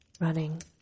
running